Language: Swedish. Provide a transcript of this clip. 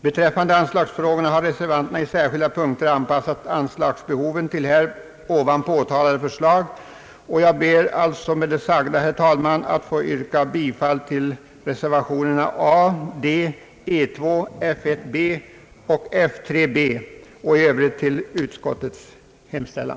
När det gäller anslagsfrågorna har reservanterna i särskilda punkter anpassat anslagen till här förut berörda förslag. Jag ber med dessa ord, herr talman, att få yrka bifall till reservationerna A, D, E 2, F 1 b och F 3 b. I övrigt yrkar jag bifall till utskottets hemställan.